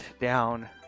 down